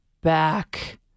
back